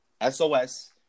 S-O-S